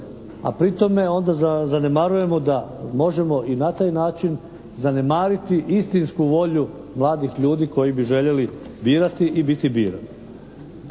a pri tome onda zanemarujemo da možemo i na taj način zanemariti istinsku volju mladih ljudi koji bi željeli birati i biti birani.